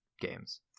games